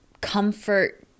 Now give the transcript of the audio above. comfort